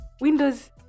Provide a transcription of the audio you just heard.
Windows